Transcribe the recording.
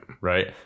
right